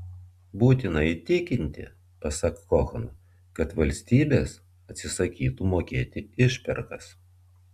būtina įtikinti pasak koheno kad valstybės atsisakytų mokėti išpirkas